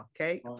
Okay